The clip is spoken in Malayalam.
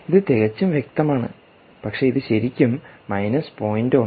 ഇത് തികച്ചും വ്യക്തമാണ് പക്ഷേ ഇത് ശരിക്കും 0